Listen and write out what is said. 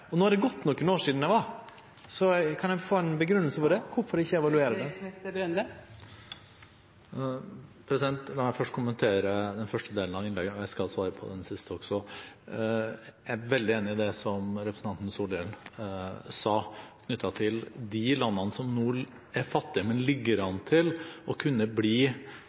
La meg først kommentere den første delen av innlegget. Jeg skal svare på den siste også. Jeg er veldig enig i det som representanten Solhjell sa knyttet til de landene som nå er fattige, men som ligger an til å kunne bli